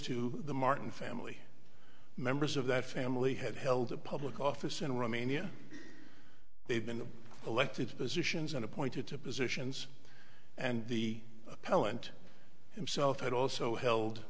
to the martin family members of that family had held a public office in romania they've been elected positions and appointed to positions and the appellant himself had also held